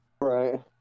Right